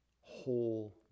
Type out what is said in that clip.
whole